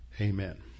Amen